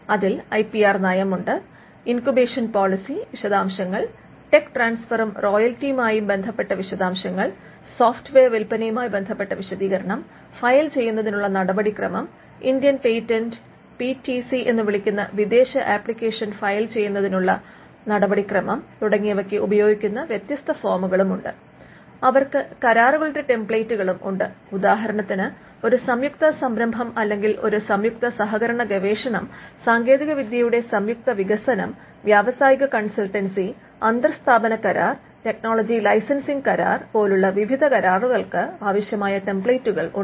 അതിൽ I P R നയമുണ്ട് incubation policy വിശദാംശങ്ങൾ ടെക് ട്രാൻസ്ഫറും റോയൽറ്റിയുമായും ബന്ധപ്പെട്ട വിശദാംശങ്ങൾ സോഫ്റ്റ്വെയർ വില്പനയുമായി ബന്ധപ്പെട്ട വിശദീകരണം ഫയൽ ചെയ്യുന്നതിനുള്ള നടപടിക്രമം Indian patent P C T എന്ന് വിളിക്കുന്ന വിദേശ ആപ്ലിക്കേഷൻ ഫയൽ ചെയ്യുന്നതിനുള്ള നടപടിക്രമമം തുടങ്ങിയവയ്ക്ക് ഉപയോഗിക്കുന്ന വ്യത്യസ്ത ഫോമുകളുമുണ്ട് അവർക്ക് കരാറുകളുടെ ടെംപ്ലേറ്റുകളും ഉണ്ട് ഉദാഹരണത്തിന് ഒരു സംയുക്ത സംരംഭം അല്ലെങ്കിൽ ഒരു സംയുക്ത സഹകരണ ഗവേഷണം സാങ്കേതികവിദ്യയുടെ സംയുക്ത വികസനം വ്യാവസായിക കൺസൾട്ടൻസി അന്തർ സ്ഥാപന കരാർ ടെക്നോളജി ലൈസൻസിംഗ് കരാർ പോലുള്ള വിവിധ കരാറുകൾക്ക് ആവശ്യമായ ടെംപ്ലേറ്റുകൾ ഉണ്ട്